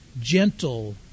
gentle